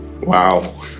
Wow